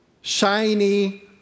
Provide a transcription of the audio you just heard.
shiny